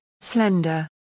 slender